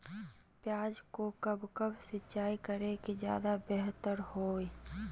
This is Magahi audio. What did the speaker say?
प्याज को कब कब सिंचाई करे कि ज्यादा व्यहतर हहो?